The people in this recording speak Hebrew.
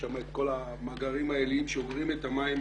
שם כל המאגרים העיליים שאוגרים את המים